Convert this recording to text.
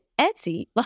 Etsy